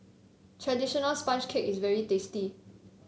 traditional sponge cake is very tasty